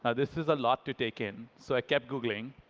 ah this is a lot to take in. so i kept googling.